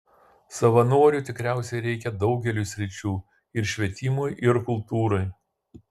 savanorių tikriausiai reikia daugeliui sričių ir švietimui ir kultūrai